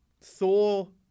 Thor